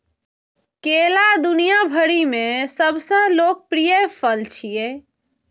केला दुनिया भरि मे सबसं लोकप्रिय फल छियै